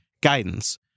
guidance